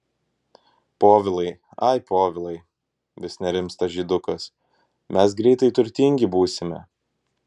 povilai ai povilai vis nerimsta žydukas mes greitai turtingi būsime